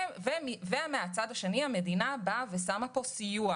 ומן הצד השני, המדינה שמה כאן סיוע.